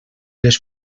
les